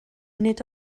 nid